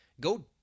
go